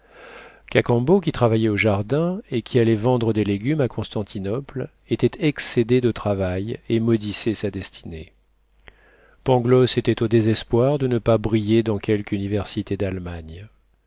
cacambo qui travaillait au jardin et qui allait vendre des légumes à constantinople était excédé de travail et maudissait sa destinée pangloss était au désespoir de ne pas briller dans quelque université d'allemagne